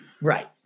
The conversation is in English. right